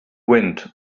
wind